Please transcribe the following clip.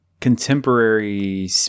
Contemporary